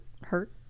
hurt